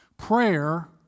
Prayer